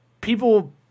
people